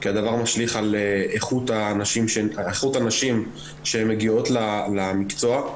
כי הדבר משליך על איכות הנשים שמגיעות למקצוע.